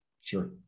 Sure